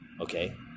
okay